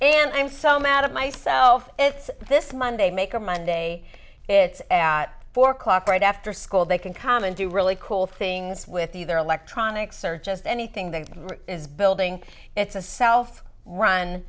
and i'm so mad at myself it's this monday maker monday it's at four o'clock right after school they can come and do really cool things with either electronics or just anything that is building it's a self run